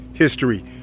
history